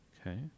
Okay